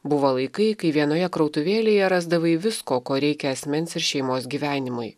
buvo laikai kai vienoje krautuvėlėje rasdavai visko ko reikia asmens ir šeimos gyvenimui